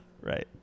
Right